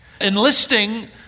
enlisting